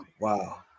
wow